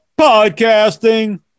podcasting